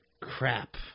Crap